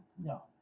No